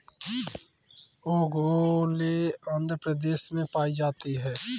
ओंगोले आंध्र प्रदेश में पाई जाती है